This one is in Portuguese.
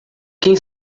quem